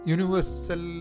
Universal